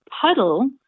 puddle